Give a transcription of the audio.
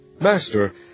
Master